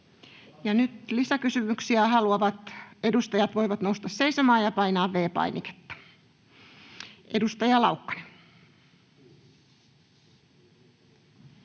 Nyt lisäkysymyksiä haluavat edustajat voivat nousta seisomaan ja painaa V-painiketta. — Edustaja Laukkanen.